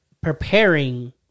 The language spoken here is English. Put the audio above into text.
preparing